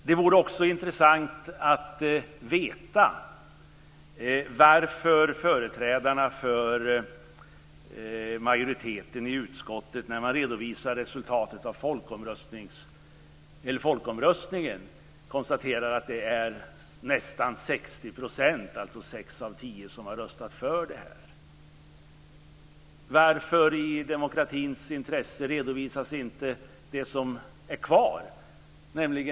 Det vore också intressant att få veta varför företrädarna för majoriteten i utskottet vid redovisningen av resultatet av folkomröstningen konstaterar att nästan 60 %, 6 av 10, har röstat för detta. Varför redovisas inte i demokratins intresse det som är kvar?